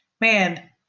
Man